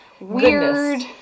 weird